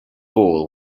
ball